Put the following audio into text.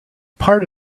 part